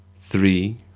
Three